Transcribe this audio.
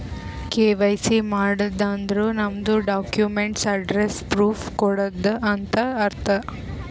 KYC ಮಾಡದ್ ಅಂದುರ್ ನಮ್ದು ಡಾಕ್ಯುಮೆಂಟ್ಸ್ ಅಡ್ರೆಸ್ಸ್ ಪ್ರೂಫ್ ಕೊಡದು ಅಂತ್ ಅರ್ಥ